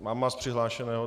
Mám vás přihlášeného.